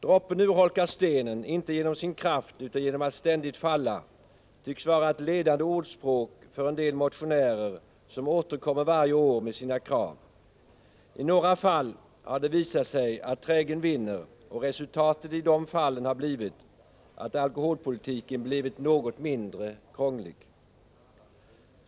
Droppen urholkar stenen inte genom sin kraft utan genom att ständigt falla. Det tycks vara ett ledande ordspråk för en del motionärer, som återkommer varje år med sina krav. I några fall har det visat sig att trägen vinner, och resultatet i de fallen har blivit att alkoholpolitiken blivit något mindre krånglig.